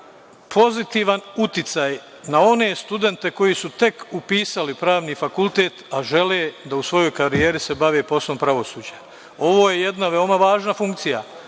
pozitivan uticaj na one studente koji su tek upisali pravni fakultet, a žele da se u svojoj karijeri bave poslom pravosuđa. Ovo je jedna veoma važna funkcija.